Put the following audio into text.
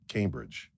Cambridge